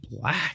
black